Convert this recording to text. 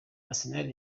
arsenal